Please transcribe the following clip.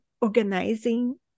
organizing